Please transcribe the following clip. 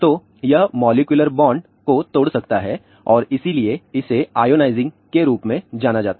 तो यह molecular bond को तोड़ सकता है और इसलिए इसे आयोनाइजिंग के रूप में जाना जाता है